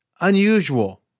unusual